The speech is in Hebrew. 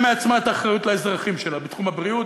מעצמה את האחריות לאזרחים שלה בתחום הבריאות,